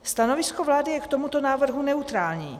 Stanovisko vlády je k tomuto návrhu neutrální.